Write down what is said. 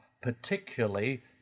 particularly